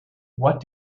what